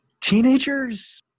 teenagers